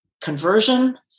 conversion